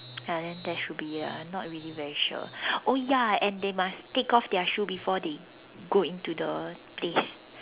ya then that should be it lah not really very sure oh ya then they must take off their shoe before they go into the place